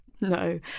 No